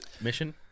mission